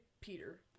Peter